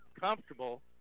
comfortable